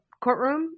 courtroom